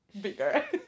bigger